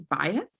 bias